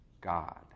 God